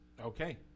Okay